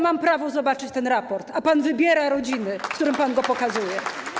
Mam prawo zobaczyć ten raport, a pan wybiera rodziny, którym pan go pokazuje.